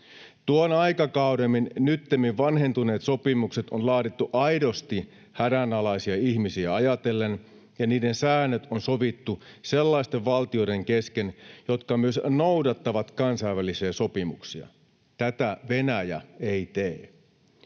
Tuon aikakauden nyttemmin vanhentuneet sopimukset on laadittu aidosti hädänalaisia ihmisiä ajatellen, ja niiden säännöt on sovittu sellaisten valtioiden kesken, jotka myös noudattavat kansainvälisiä sopimuksia. Tätä Venäjä ei tee.